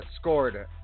scored